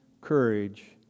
courage